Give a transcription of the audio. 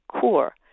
core